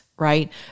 Right